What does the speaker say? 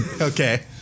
Okay